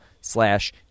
slash